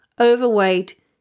overweight